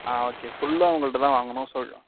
ஆ okay ஃபுல்லாக உங்கள்கிட்டதான் வாங்கணும் ஸோ